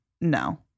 no